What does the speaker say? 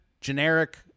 generic